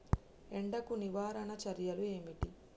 ఎండకు నివారణ చర్యలు ఏమిటి?